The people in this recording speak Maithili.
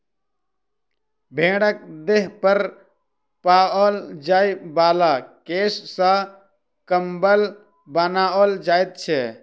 भेंड़क देह पर पाओल जाय बला केश सॅ कम्बल बनाओल जाइत छै